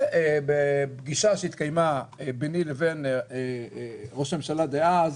בפגישה שהתקיימה ביני לבין ראש הממשלה דאז,